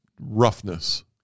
roughness